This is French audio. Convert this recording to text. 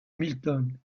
milton